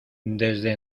desde